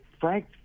Frank